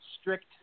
strict